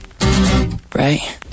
right